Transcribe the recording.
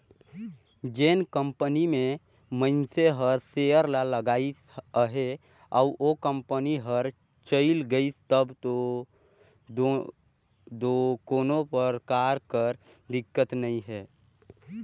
जेन कंपनी में मइनसे हर सेयर ल लगाइस अहे अउ ओ कंपनी हर चइल गइस तब दो कोनो परकार कर दिक्कत नी हे